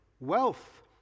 Wealth